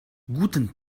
guten